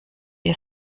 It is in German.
ihr